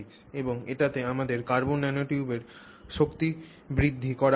এবং এটিতে আমাদের কার্বন ন্যানোটিউব দিয়ে শক্তিবৃদ্ধি করা রয়েছে